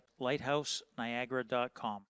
LighthouseNiagara.com